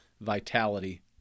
Vitality